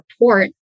report